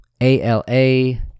ALA